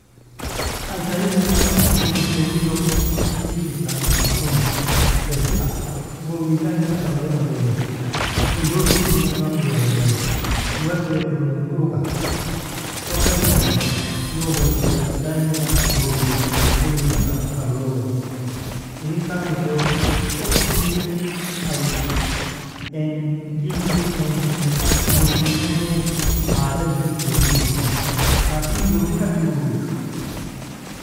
Ay tarin longa nubinuk digita nakumu besi ase_burwi daimena tar longa dolin takon dolgidinan رمز ira gongani wrdeika ironon buruga sokatikanii لون wordiga daimena burwi gurrina tak tar lonogo inin karamido ok ingir ai hurwinane haja digit iribimu لكن gurri kachi burwiga.